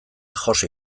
jose